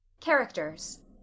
Characters